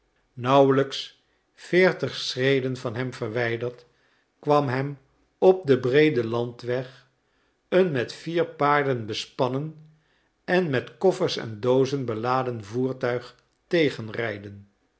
nauwelijks veertig schreden van hem verwijderd kwam hem op den breeden landweg een met vier paarden bespannen en met koffers en doozen beladen voertuig tegen rijden